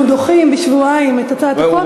אנחנו דוחים בשבועיים את הצעת החוק,